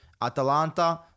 Atalanta